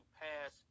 pass